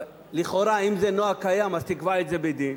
לכאורה, אם זה נוהג אז תקבע את זה בדין.